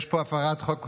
יש פה הפרת חוק.